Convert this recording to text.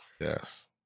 Yes